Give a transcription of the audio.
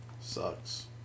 sucks